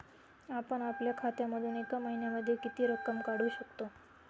आपण आपल्या खात्यामधून एका महिन्यामधे किती रक्कम काढू शकतो?